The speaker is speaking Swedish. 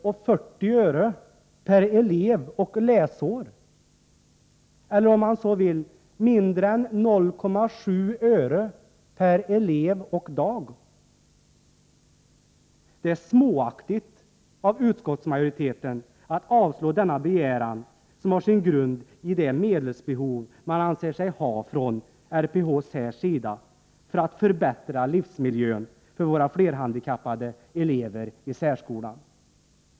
och 40 öre per elev och läsår, eller om man så vill mindre än 0,7 öre per elev och dag. Det är småaktigt av utskottsmajoriteten att avstyrka denna begäran, som har sin grund i det medelsbehov man anser sig ha från RPH-SÄR:s sida för att förbättra livsmiljön för våra flerhandikappade elever i särskolan.